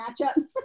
matchup